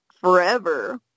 forever